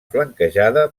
flanquejada